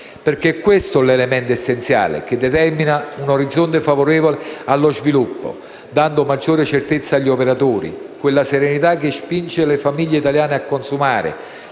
è, infatti, l'elemento essenziale che determina un orizzonte favorevole allo sviluppo, dando maggiore certezza agli operatori; quella serenità che spinge le famiglie italiane a consumare,